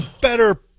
better